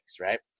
right